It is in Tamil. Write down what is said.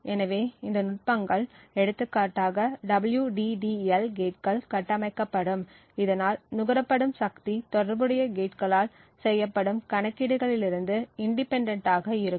எனவே இந்த நுட்பங்கள் எடுத்துக்காட்டாக WDDL கேட்கள் கட்டமைக்கப்படும் இதனால் நுகரப்படும் சக்தி தொடர்புடைய கேட்களால் செய்யப்படும் கணக்கீடுகளிலிருந்து இண்டிபெண்டென்ட் ஆக இருக்கும்